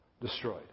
destroyed